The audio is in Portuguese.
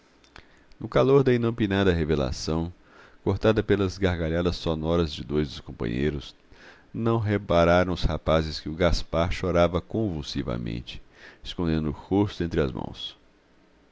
no calor da inopinada revelação cortada pelas gargalhadas sonoras de dois dos companheiros não repararam os rapazes que o gaspar chorava convulsivamente escondendo o rosto entre as mãos